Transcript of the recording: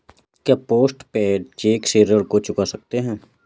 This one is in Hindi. क्या पोस्ट पेड चेक से ऋण को चुका सकते हैं?